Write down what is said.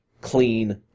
clean